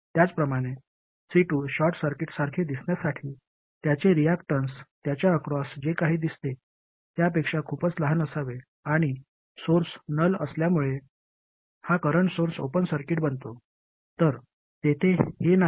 त्याचप्रमाणे C2 short सर्किटसारखे दिसण्यासाठी त्याचे रियाक्टन्स त्यांच्या अक्रॉस जे काही दिसते त्यापेक्षा खूपच लहान असावे आणि सोर्स नल असल्यामुळे हा करंट सोर्स ओपन सर्किट बनतो तर तेथे हे नाही